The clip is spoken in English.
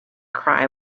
cry